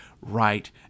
right